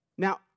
Now